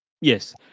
Yes